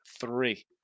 three